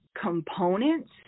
components